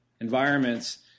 environments